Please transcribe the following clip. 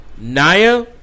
Naya